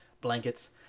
blankets